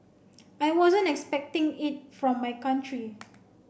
I wasn't expecting it from my country